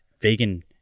vegan